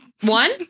One